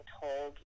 told